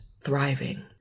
thriving